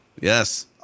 Yes